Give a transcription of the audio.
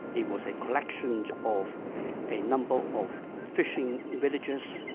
it was a collection of a number of fishing villages,